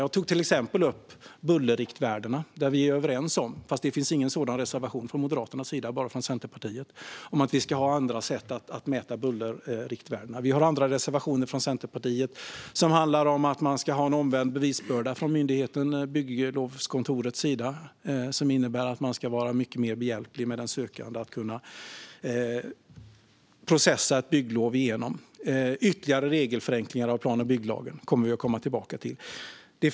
Jag tog till exempel upp bullerriktvärdena, där vi är överens om - även om det inte finns någon reservation från Moderaternas sida utan bara från Centerpartiets - att vi ska ha andra sätt att mäta bullerriktvärdena. Från Centerpartiets sida har vi andra reservationer, som handlar om att bygglovskontoren ska ha en omvänd bevisbörda. Det innebär att man ska vara den sökande mycket mer behjälplig när det gäller att processa ett bygglov. Ytterligare regelförenklingar av plan och bygglagen kommer vi att komma tillbaka till.